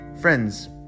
friends